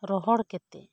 ᱨᱚᱦᱚᱲ ᱠᱟᱛᱮ